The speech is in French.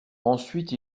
ensuite